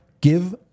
give